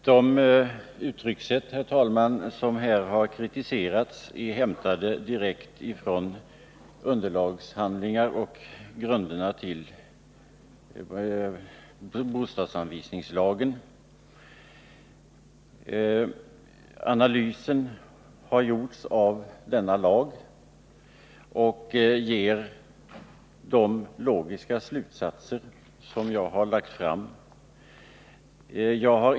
Herr talman! De uttryck som här har kritiserats är hämtade direkt från underlagshandlingar och grunder till bostadsanvisningslagen. En analys har gjorts av denna lag och ger de logiska slutsatser som jag har lagt fram. Jag har.